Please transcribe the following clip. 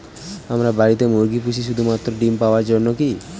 আমরা বাড়িতে মুরগি পুষি শুধু মাত্র ডিম পাওয়ার জন্যই কী?